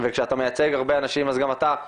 וכשאתה מייצג הרבה אנשים אז גם אתה,